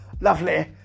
lovely